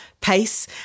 pace